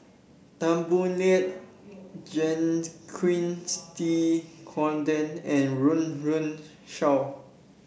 Tan Boo Liat Jacques De Coutre and Run Run Shaw